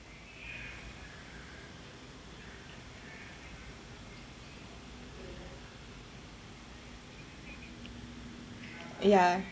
yeah